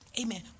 amen